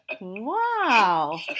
Wow